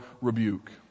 rebuke